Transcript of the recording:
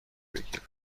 بگیرد